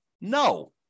No